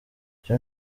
icyo